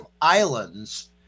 islands